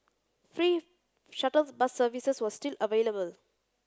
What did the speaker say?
free shuttles bus services were still available